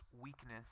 weakness